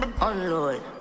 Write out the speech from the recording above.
Unload